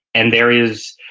and there is,